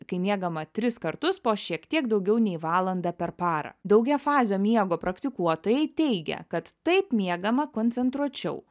kai miegama tris kartus po šiek tiek daugiau nei valandą per parą daugiafazio miego praktikuotojai teigia kad taip miegama koncentruočiau